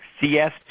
CS